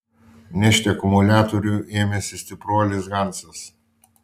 nešti akumuliatorių ėmėsi stipruolis hansas